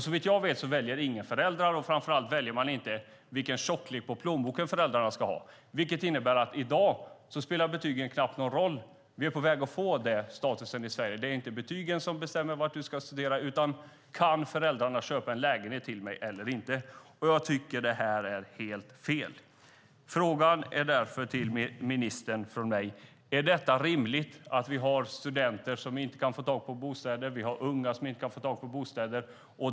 Såvitt jag vet väljer ingen föräldrar, och man väljer inte vilken tjocklek på plånboken föräldrarna ska ha. Det innebär att i dag spelar betygen knappt någon roll. Vi är på väg att få en situation i Sverige där det inte är betygen som bestämmer var man ska studera utan om föräldrarna kan köpa en lägenhet eller inte. Jag tycker att det här är helt fel. Frågan från mig till ministern är därför: Är det rimligt att vi har studenter och andra unga som inte kan få tag på bostäder?